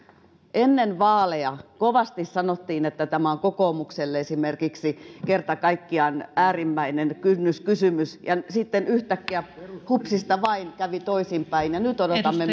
ennen vaaleja kovasti sanottiin että tämä on kokoomukselle esimerkiksi kerta kaikkiaan äärimmäinen kynnyskysymys ja sitten yhtäkkiä hupsista vain kävi toisin päin nyt odotamme